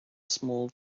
small